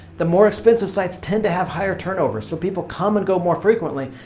the more expensive sites tend to have higher turnover, so people come and go more frequently,